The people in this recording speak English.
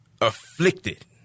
afflicted